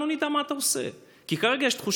איך אומרים, הפסד, ואתה צריך גם להפסיד בכבוד.